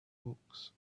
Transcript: books